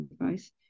advice